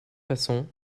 façon